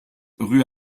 rue